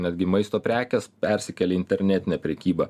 netgi maisto prekės persikelia internetinė prekyba